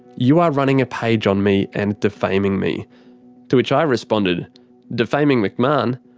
you are running a page on me and defaming me to which i responded defaming mcmahon?